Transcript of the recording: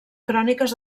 cròniques